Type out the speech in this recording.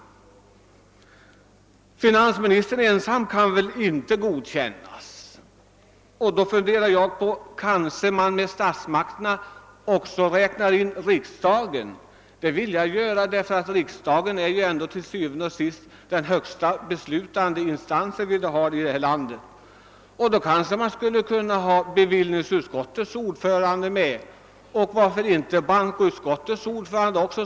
Finansministern ensam kan väl inte godkännas. Jag undrar också om man kanske bland statsmakterna räknar in riksdagen. Det vill jag göra; riksdagen är ju til syvende og sidst den högsta beslutande instansen här i landet. Man kanske då skulle kunna ha med på konferensen bevillningsutskottets ordförande — och varför inte bankoutskottets ordförande också?